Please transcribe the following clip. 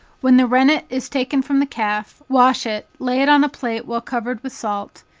when the rennet is taken from the calf, wash it, lay it on a plate well covered with salt,